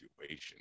situation